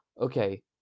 Okay